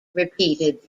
repeated